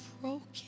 broken